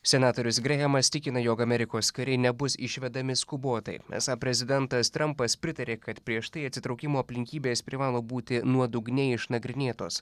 senatorius grehemas tikina jog amerikos kariai nebus išvedami skubotai esą prezidentas trampas pritarė kad prieš tai atsitraukimo aplinkybės privalo būti nuodugniai išnagrinėtos